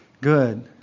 Good